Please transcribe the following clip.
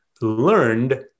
learned